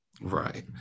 right